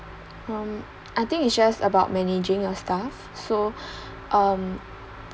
um I think it's just about managing your staff so um